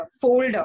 folder